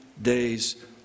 Days